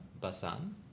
Basan